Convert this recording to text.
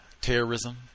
terrorism